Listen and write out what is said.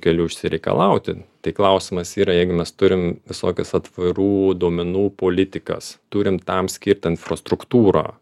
keliu išsireikalauti tai klausimas yra jeigu mes turim visokias atvirų duomenų politikas turim tam skirtą infrastruktūrą